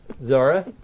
Zara